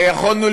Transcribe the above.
הרי יכולנו,